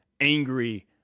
angry